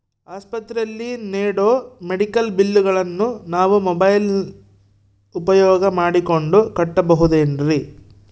ಆಸ್ಪತ್ರೆಯಲ್ಲಿ ನೇಡೋ ಮೆಡಿಕಲ್ ಬಿಲ್ಲುಗಳನ್ನು ನಾವು ಮೋಬ್ಯೆಲ್ ಉಪಯೋಗ ಮಾಡಿಕೊಂಡು ಕಟ್ಟಬಹುದೇನ್ರಿ?